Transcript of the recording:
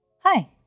Hi